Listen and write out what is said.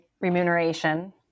remuneration